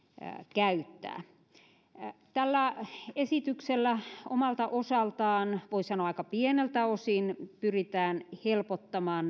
käyttää tällä esityksellä omalta osaltaan voi sanoa aika pieneltä osin pyritään helpottamaan